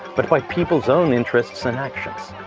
but by people's own interests and actions.